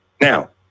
Now